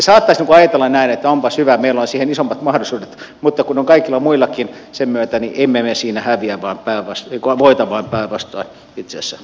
saattaisi olla helppo ajatella näin että onpas hyvä meillä on siihen isommat mahdollisuudet mutta kun on kaikilla muillakin sen myötä niin emme me siinä voita vaan päinvastoin itse asiassa häviämme